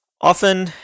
Often